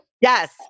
Yes